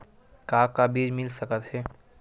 का का बीज मिल सकत हे?